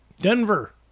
Denver